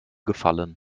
gefallen